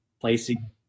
placing